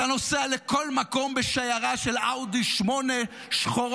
אתה נוסע לכל מקום בשיירה של אאודי 8 שחורות